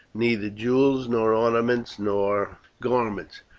neither jewels, nor ornaments, nor garments,